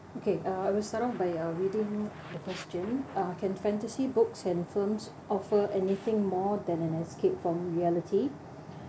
okay uh I will start of by uh reading the question uh can fantasy books and films offer anything more than an escape from reality